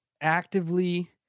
actively